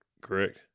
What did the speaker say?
correct